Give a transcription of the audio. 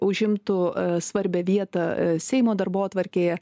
užimtų svarbią vietą seimo darbotvarkėje